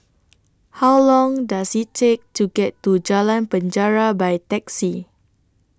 How Long Does IT Take to get to Jalan Penjara By Taxi